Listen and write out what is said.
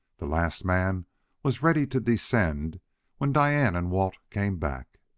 the last man was ready to descend when diane and walt came back.